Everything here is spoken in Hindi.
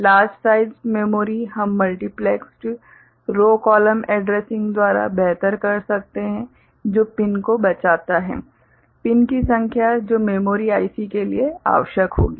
लार्ज साइज्ड मेमोरी हम मल्टीप्लेक्स्ड रो कॉलम एड्रेसिंग द्वारा बेहतर कर सकते हैं जो पिन को बचाता है पिन की संख्या जो मेमोरी आईसी के लिए आवश्यक होगी